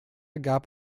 gab